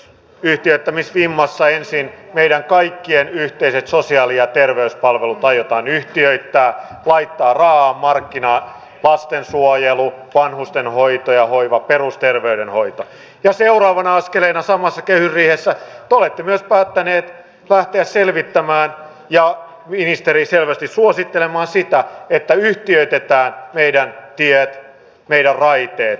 yhtiöittämisvimmassa ensin meidän kaikkien yhteiset sosiaali ja terveyspalvelut aiotaan yhtiöittää laittaa raaasti markkinoille lastensuojelu vanhustenhoito ja hoiva perusterveydenhoito ja seuraavana askeleena samassa kehysriihessä te olette myös päättäneet lähteä selvittämään ja ministeri selvästi suosittelemaan sitä että yhtiöitetään meidän tiet meidän raiteet